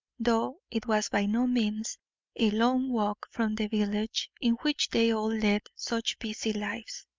though it was by no means a long walk from the village in which they all led such busy lives.